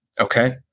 Okay